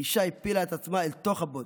ואישה הפילה את עצמה אל תוך הבוץ.